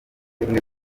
rimwe